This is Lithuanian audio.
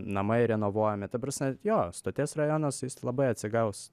namai renovuojami ta prasme jo stoties rajonas jis labai atsigaus